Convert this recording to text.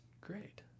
great